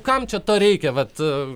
kam čia to reikia vat